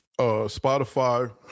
Spotify